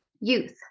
youth